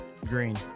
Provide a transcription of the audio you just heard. Green